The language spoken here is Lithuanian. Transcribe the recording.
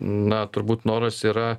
na turbūt noras yra